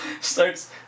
starts